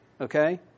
Okay